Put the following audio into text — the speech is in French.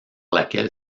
laquelle